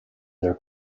their